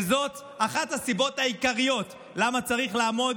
וזאת אחת הסיבות העיקריות לכך שצריך לעמוד